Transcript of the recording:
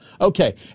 Okay